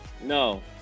No